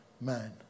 man